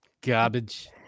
Garbage